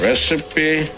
Recipe